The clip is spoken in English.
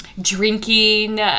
drinking